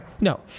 No